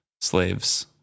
slaves